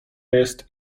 jest